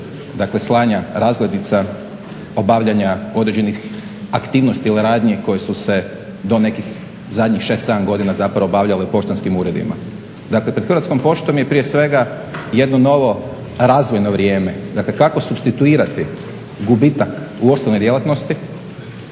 dakle slanja razglednica, obavljanja određenih aktivnosti ili radnji koje su se do nekih zadnjih 6, 7 godina zapravo obavljale u poštanskim uredima. Dakle, pred Hrvatskom poštom je prije svega jedno novo razvojno vrijeme. Dakle, kako supstituirati gubitak u osnovnoj djelatnosti,